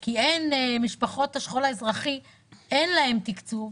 כי למשפחות השכול האזרחי אין תקצוב,